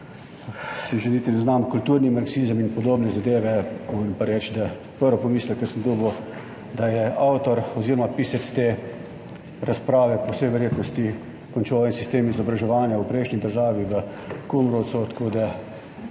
kulturni boj, kulturni marksizem in podobne zadeve, moram pa reči, da je bil prvi pomislek, ki sem ga dobil, da je avtor oziroma pisec te razprave po vsej verjetnosti končal en sistem izobraževanja v prejšnji državi v Kumrovcu, tako da